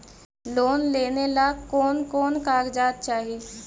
Loan लेने ला कोन कोन कागजात चाही?